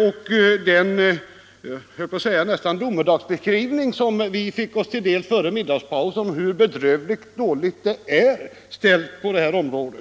Med hänsyn till den domedagsbeskrivning av hur bedrövligt dåligt det är ställt på detta område